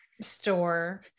store